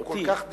הוא כל כך דייק,